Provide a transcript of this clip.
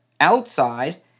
outside